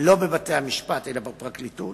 לא בבתי-המשפט, אלא בפרקליטות.